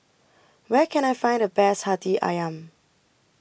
Where Can I Find The Best Hati Ayam